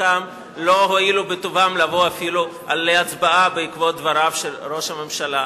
חלקם לא הואילו בטובם לבוא אפילו להצבעה בעקבות דבריו של ראש הממשלה.